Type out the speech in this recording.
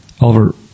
Oliver